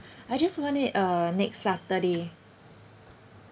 I just want it uh next saturday